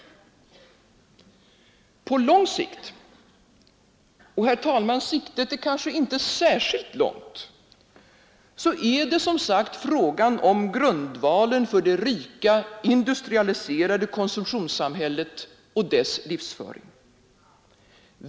På lång sikt — och, herr talman, sikten är kanske inte särskilt lång — är det som sagt fråga om grundvalen för det rika, industrialiserade konsumtionssamhället och dess livsföring.